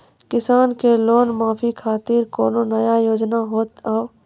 किसान के लोन माफी खातिर कोनो नया योजना होत हाव?